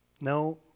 No